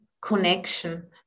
connection